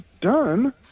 done